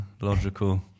logical